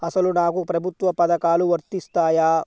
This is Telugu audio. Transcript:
అసలు నాకు ప్రభుత్వ పథకాలు వర్తిస్తాయా?